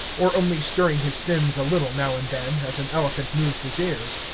or only stirring his fins a little now and then, as an elephant moves his ears.